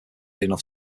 enough